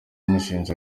amushinja